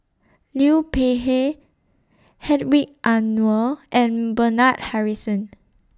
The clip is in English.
Liu Peihe Hedwig Anuar and Bernard Harrison